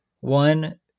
one